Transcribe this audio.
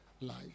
life